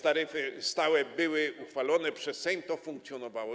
Taryfy stałe były uchwalone przez Sejm, funkcjonowało to.